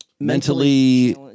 Mentally